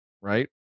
right